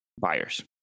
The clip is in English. buyers